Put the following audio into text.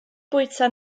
bwyta